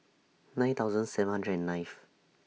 nine thousand seven hundred and ninth